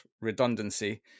redundancy